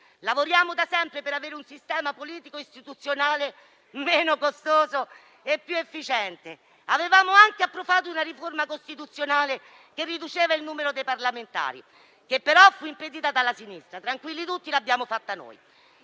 lavoriamo da sempre per avere un sistema politico-istituzionale meno costoso e più efficiente, avevamo anche approvato una riforma costituzionale che riduceva il numero dei parlamentari, che però fu impedita dalla Sinistra. Tranquilli tutti, l'abbiamo fatta noi.